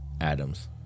Adams